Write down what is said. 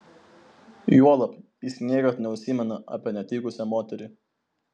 juolab jis niekad neužsimena apie netikusią moterį